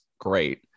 great